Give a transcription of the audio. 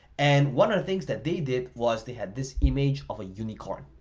and one of the things that they did was they had this image of a unicorn,